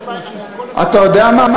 אתה יודע מה?